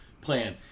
plan